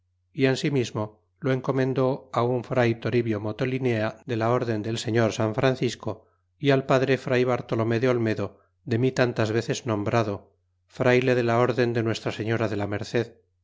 y ansimismo lo encomendó un fray toribio motolinea de la orden del señor san francisco y al padre fray bartolome de olmedo de mí tantas veces nombrado frayle de la orden de nuestra señora de la merced